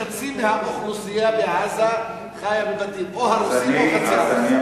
חצי מהאוכלוסייה בעזה חיה בבתים הרוסים או חצי הרוסים.